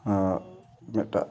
ᱦᱮᱸ ᱢᱤᱫᱴᱟᱜ